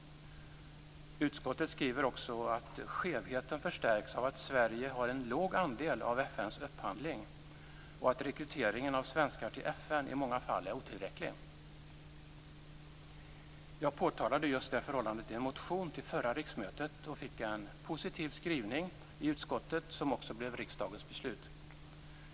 Utskottet skriver också att skevheten förstärks av att Sverige har en låg andel av FN:s upphandling, och att rekryteringen av svenskar till FN i många fall är otillräcklig. Jag påtalade just det förhållandet i en motion till förra riksmötet. Den fick en positiv skrivning i utskottet. Detta blev också riksdagens beslut.